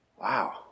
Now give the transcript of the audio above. Wow